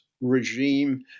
regime